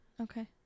Okay